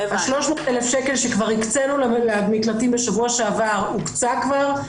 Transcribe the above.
ה-300,000 שקל שכבר הקצינו למקלטים בשבוע שעבר הוקצה כבר,